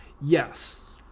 Yes